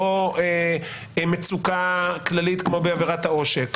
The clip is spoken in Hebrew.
לא מצוקה כללית כמו בעבירת העושק,